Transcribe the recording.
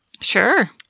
Sure